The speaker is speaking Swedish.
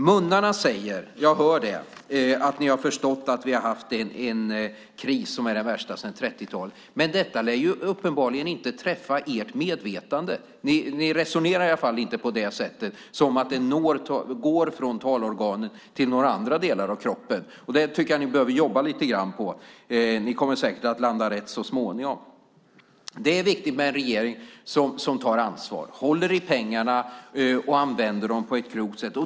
Munnarna säger - jag hör det - att ni har förstått att vi har haft en kris som är den värsta sedan 30-talet. Men detta träffar uppenbarligen inte ert medvetande. Ni resonerar i alla fall inte som om det går från talorganen till några andra delar av kroppen. Det tycker jag att ni behöver jobba lite grann på. Ni kommer säkert att landa rätt så småningom. Det är viktigt med en regering som tar ansvar, håller i pengarna och använder dem på ett klokt sätt.